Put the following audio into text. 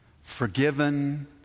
forgiven